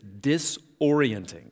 disorienting